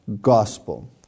gospel